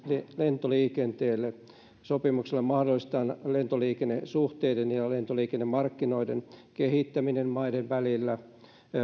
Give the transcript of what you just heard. lentoliikenteelle sopimuksilla mahdollistetaan lentoliikennesuhteiden ja lentoliikennemarkkinoiden kehittäminen maiden välillä